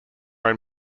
own